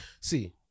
see